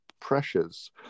Pressures